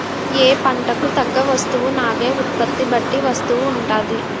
ఏ పంటకు తగ్గ వస్తువునాగే ఉత్పత్తి బట్టి వస్తువు ఉంటాది